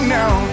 now